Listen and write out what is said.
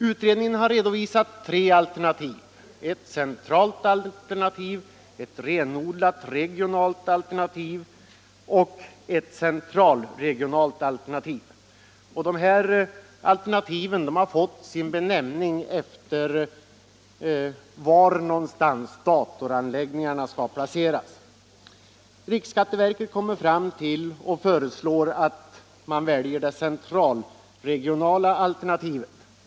Utredningen har redovisat tre alternativ: ett centralt alternativ, ett renodlat regionalt alternativ och ett central regionala alternativet skall väljas.